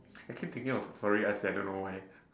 I keep thinking of sulfuric acid I don't know way